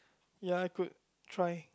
ya I could try